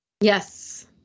Yes